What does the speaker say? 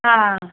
ആ